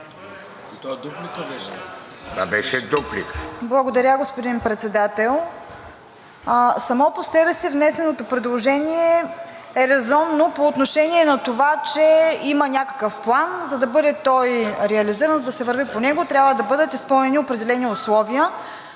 Благодаря, господин Председател. Само по себе си внесеното предложение е резонно по отношение на това, че има някакъв план. За да бъде той реализиран, да се върви по него, трябва да бъдат изпълнени определени условия